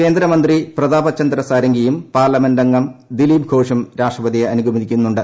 കേന്ദ്രമന്ത്രി പ്രതാപചന്ദ്ര സാരംഗിയും പാർലമെന്റംഗം ദിലീപ് ഘോഷും രാഷ്ട്രപതിയെ അനുഗമിക്കുന്നുണ്ട്